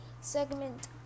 segment